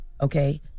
Okay